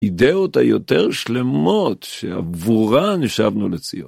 אידאות היותר שלמות שעבורה נשאבנו לציון.